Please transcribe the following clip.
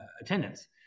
attendance